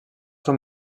són